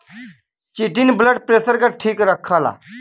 chitin blood pressure के ठीक रखला